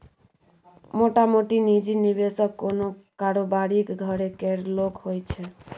मोटामोटी निजी निबेशक कोनो कारोबारीक घरे केर लोक होइ छै